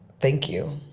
thank you.